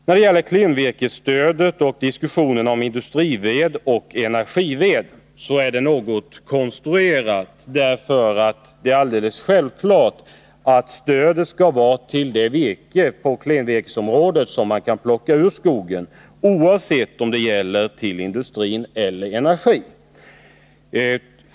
När det gäller klenvirkesstödet förs en debatt om industrived och energived, och den debatten är något konstruerad. Det är nämligen alldeles självklart att stödet skall utgå till det klenvirke som man kan plocka ut ur skogen, oavsett om det gäller virke till industrin eller till energi.